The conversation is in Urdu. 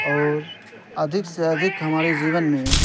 اور ادھک سے ادھک ہماری جیون میں